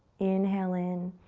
inhale in,